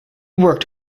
worked